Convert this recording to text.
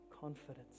confidence